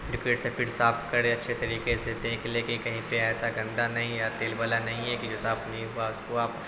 liquid سے پھر صاف کریں اچھے طریقے سے دیکھ لیں کہ کہیں پہ ایسا گندا نہیں یا تیل والا نہیں ہے کہ جو صاف نہیں ہوا اس کو آپ